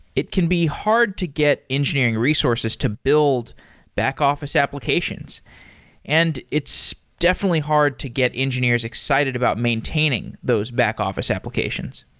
it can be hard to get engineering resources to build back-office applications and it's definitely hard to get engineers excited about maintaining those back-office sed